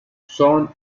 son